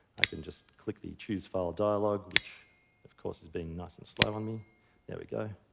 i can just click the choose file dialog, which of course is being nice and slow on me. there we go.